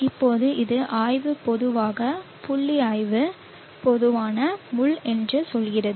இப்போது இது ஆய்வு பொதுவான புள்ளி ஆய்வு பொதுவான முள் என்று சொல்கிறோம்